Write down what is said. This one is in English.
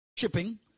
Shipping